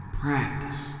Practice